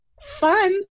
fun